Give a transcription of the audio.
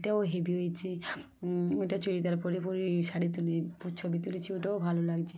এটাও হেবি হয়েছে ওইটা চুড়িদার পরে পরেই শাড়ি তুলে ছবি তুলেছি ওইটাও ভালো লাগছে